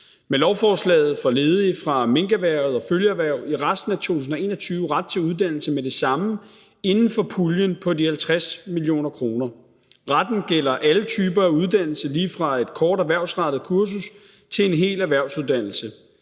Med lovforslaget får ledige fra minkerhvervet og følgeerhverv i resten af 2021 ret til uddannelse med det samme inden for puljen på de 50 mio. kr. Retten gælder alle typer af uddannelse lige fra et kort erhvervsrettet kursus til en hel erhvervsuddannelse.